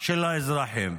של האזרחים.